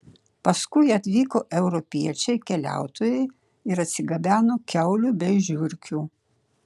paskui atvyko europiečiai keliautojai ir atsigabeno kiaulių bei žiurkių